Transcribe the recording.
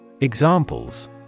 Examples